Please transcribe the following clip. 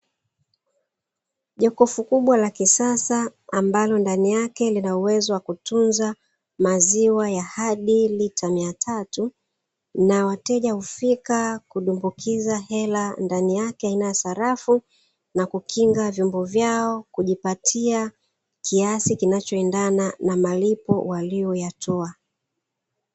Jokofu kubwa la kisasa, ambalo ndani yake lina uwezo wa kutunza maziwa ya hadi lita Mia tatu, na wateja husika kudumbukiza hela ndani yake aina ya sarafu, nakukinga vyombo vyao kujipatia kiasi kinachoendana na malipo waliyoyatoa.